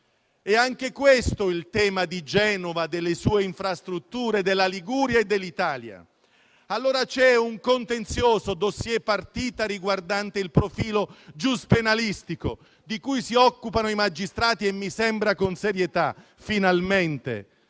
Anche questo è il tema di Genova, delle sue infrastrutture, della Liguria e dell'Italia. C'è un contenzioso *dossier-*partita riguardante il profilo giuspenalistico di cui si occupano i magistrati e mi sembra con serietà. Finalmente